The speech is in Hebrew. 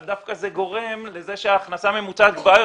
דווקא זה גורם לכך שההכנסה הממוצעת גבוהה